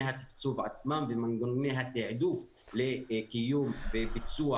התקצוב עצמם ומנגנוני התיעדוף לקיום וביצוע התשתיות.